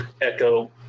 echo